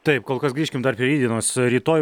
taip kol kas grįžkim dar rytdienos rytoj